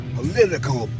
Political